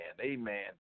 Amen